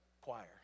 choir